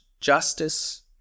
justice